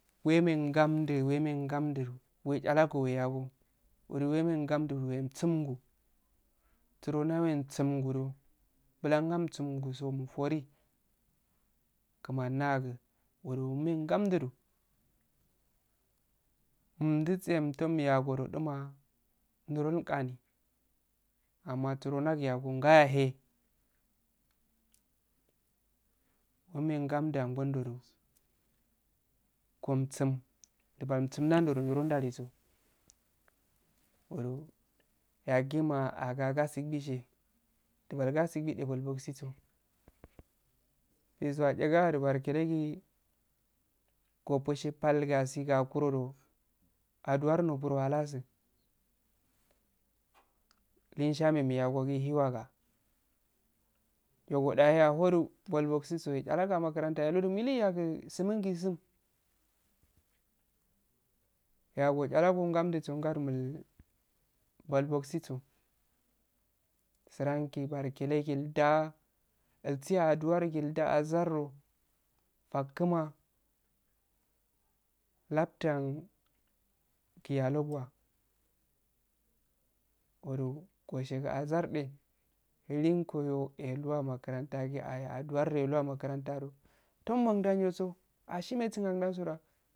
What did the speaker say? Weme ngamddu, weme ngamddu weh charago weh yago wureh wemeh ngamddu wesungo tsturo ndeweguggodo bulan ndasumduso mufore kumanagu wuro umehngamdudoh umdduse umdunyago duma diron aahi amma stro ndawyago ngayaehh ummeh ngamddu agl ndodo ngomssum dukan summun nan dodo niro ndalu so yagima ah aga agasi gishe dibal sashi gisshe bolbosiso chisu atugo ahro balkerogi gigi goshe she pal gasi sakuro doh aduwar noburo halasu laishame miyagosi iyiwagadoh iyo godahe ah hoh do bolbogiso ehcharago ah matsarantah doh milyagu summungissun wayayo wecharango agamdduso angaro mul boibogisigo sirangi balkeregi ilda isi aduwar gi lda azar ko fakguma lamtum giyaluwa gollu gosher azar ehh lengoyo eluwa makaranta gi aya aduwar eluwa matsaranta do towmmangiyan ndoso ahhimesun angangu